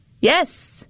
Yes